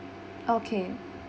okay